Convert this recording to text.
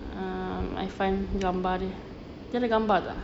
err I find gambar dia dia ada gambar tak ah